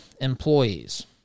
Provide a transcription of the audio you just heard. employees